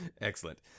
Excellent